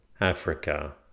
Africa